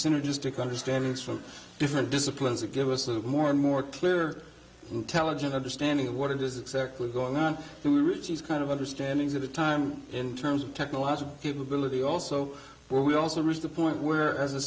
synergistic understanding from different disciplines that give us a little more and more clear intelligent understanding of what it is exactly going on to reach these kind of understanding of the time in terms of technological capability also where we also reached the point where as a